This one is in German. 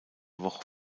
woche